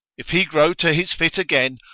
if he grow to his fit again,